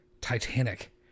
Titanic